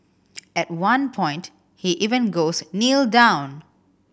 at one point he even goes Kneel down